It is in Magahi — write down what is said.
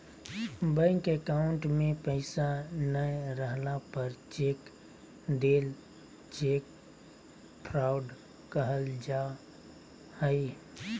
बैंक अकाउंट में पैसा नय रहला पर चेक देल चेक फ्रॉड कहल जा हइ